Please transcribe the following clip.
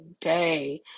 day